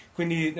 Quindi